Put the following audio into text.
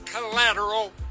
collateral